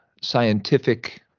scientific